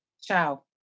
ciao